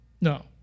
No